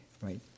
Right